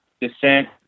descent